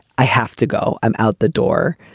i have to go, i'm out the door.